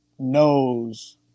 knows